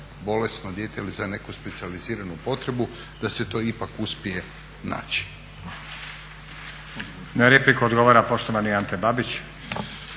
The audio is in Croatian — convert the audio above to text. bolesno dijete ili za neku specijaliziranu potrebu, da se to ipak uspije naći. **Stazić, Nenad (SDP)** Na repliku odgovara poštovani Ante Babić.